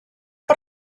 per